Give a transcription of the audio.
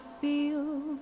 feel